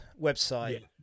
website